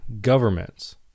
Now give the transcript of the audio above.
governments